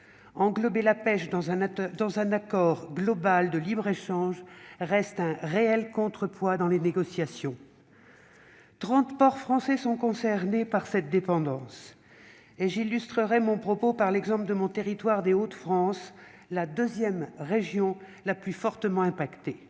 englober la pêche dans un accord global de libre-échange reste un réel contrepoids dans les négociations. Quelque trente ports français sont concernés par cette dépendance. Permettez-moi, pour illustrer mon propos, de prendre l'exemple de mon territoire, les Hauts-de-France, deuxième région la plus fortement touchée.